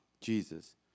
Jesus